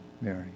Mary